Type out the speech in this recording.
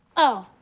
oh,